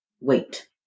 wait